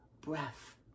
breath